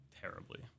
terribly